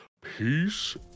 Peace